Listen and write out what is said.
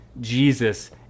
Jesus